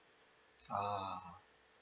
ah